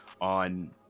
on